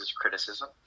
criticism